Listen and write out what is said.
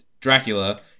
Dracula